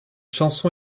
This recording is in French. chanson